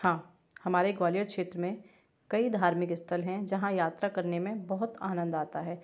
हाँ हमारे ग्वालियर क्षेत्र में कई धार्मिक स्थल हैं जहाँ यात्रा करने में बहुत आनंद आता है